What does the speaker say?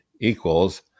equals